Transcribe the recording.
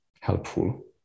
helpful